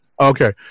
Okay